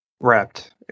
Wrapped